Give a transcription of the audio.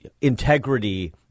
integrity